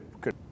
good